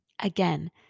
Again